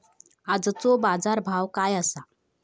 आजचो बाजार भाव काय आसा?